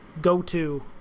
go-to